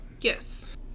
Yes